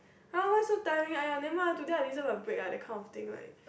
!huh! why so tiring !aiya! today I deserve my break lah that kind of thing like